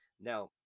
Now